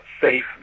safe